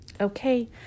okay